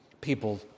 People